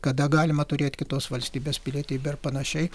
kada galima turėt kitos valstybės pilietybę ar panašiai